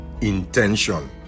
intention